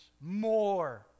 more